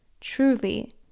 truly